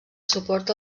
suporta